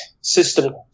system